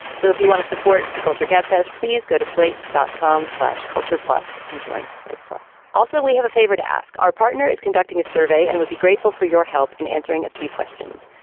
so if you want to support the culture gabfest please go to sleep dot com slash culture plus and join slate plus. also we have a favor to ask our partner is conducting a survey and we'd be grateful for your help in answering a few questions.